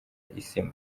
isima